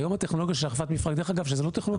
דרך אגב זו לא טכנולוגיה חדשה.